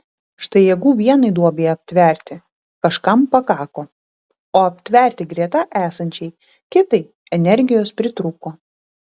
štai jėgų vienai duobei aptverti kažkam pakako o aptverti greta esančiai kitai energijos pritrūko